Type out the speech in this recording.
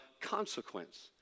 consequence